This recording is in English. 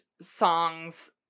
songs